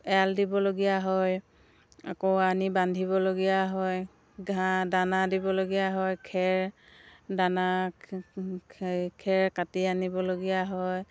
এৰাল দিবলগীয়া হয় আকৌ আনি বান্ধিবলগীয়া হয় ঘাঁহ দানা দিবলগীয়া হয় খেৰ দানা খেৰ কাটি আনিবলগীয়া হয়